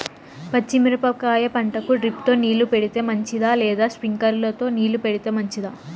పచ్చి మిరపకాయ పంటకు డ్రిప్ తో నీళ్లు పెడితే మంచిదా లేదా స్ప్రింక్లర్లు తో నీళ్లు పెడితే మంచిదా?